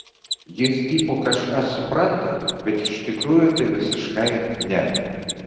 jis tipo kažką supranta bet iš tikrųjų tai visiškai ne